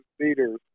leaders